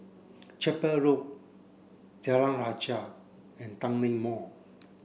Chapel Road Jalan Rajah and Tanglin Mall